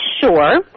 sure